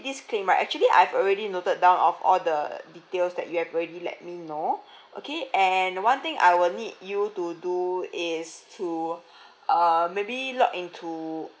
this claim right actually I've already noted down of all the details that you have already let me know okay and one thing I will need you to do is to uh maybe log in to